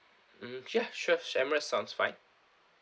mmhmm ya sure Emirates sounds fine